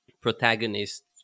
protagonist